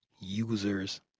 users